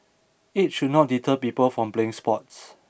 age should not deter people from playing sports